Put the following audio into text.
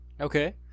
Okay